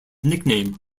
nickname